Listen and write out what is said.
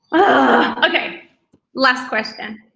okay last question.